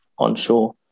Onshore